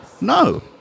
No